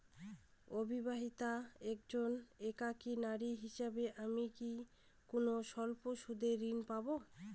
অবিবাহিতা একজন একাকী নারী হিসেবে আমি কি কোনো স্বল্প সুদের ঋণ পাব?